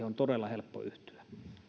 on todella helppo yhtyä